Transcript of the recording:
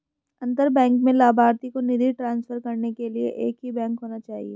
अंतर बैंक में लभार्थी को निधि ट्रांसफर करने के लिए एक ही बैंक होना चाहिए